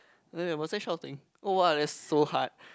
no was I shouting oh !wah! that's so hard